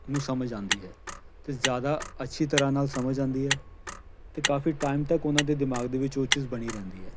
ਨੂੰ ਸਮਝ ਆਉਂਦੀ ਹੈ ਅਤੇ ਜ਼ਿਆਦਾ ਅੱਛੀ ਤਰ੍ਹਾਂ ਨਾਲ ਸਮਝ ਆਉਂਦੀ ਹੈ ਅਤੇ ਕਾਫ਼ੀ ਟਾਈਮ ਤੱਕ ਉਹਨਾਂ ਦੇ ਦਿਮਾਗ ਦੇ ਵਿੱਚ ਉਹ ਚੀਜ਼ ਬਣੀ ਰਹਿੰਦੀ ਹੈ